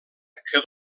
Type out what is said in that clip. que